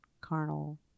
carnal